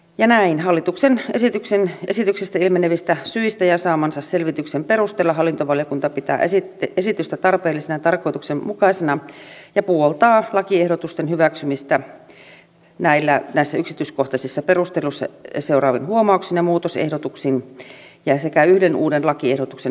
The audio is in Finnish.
ja näin hallituksen esityksestä ilmenevistä syistä ja saamansa selvityksen perusteella hallintovaliokunta pitää esitystä tarpeellisena ja tarkoituksenmukaisena ja puoltaa lakiehdotusten hyväksymistä näissä yksityiskohtaisissa perusteluissa seuraavin huomautuksin ja muutosehdotuksin sekä yhden uuden lakiehdotuksen hyväksymistä